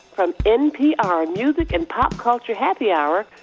from npr music and pop culture happy hour,